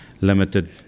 limited